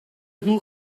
hmu